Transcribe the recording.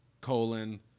colon